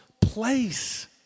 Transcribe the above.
place